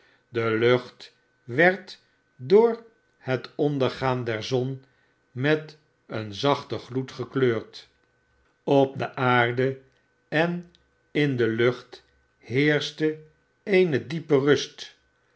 de lucht werd door het ondergaan der zon met een zachten gloed gekleurd op de aarde en in de lucht heerschte eene diepe rust